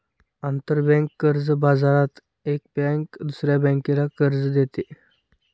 आंतरबँक कर्ज बाजारात एक बँक दुसऱ्या बँकेला कर्ज देते